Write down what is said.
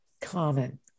common